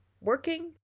working